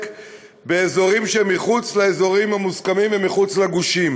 באזורים מחוץ לאזורים המוסכמים ומחוץ לגושים.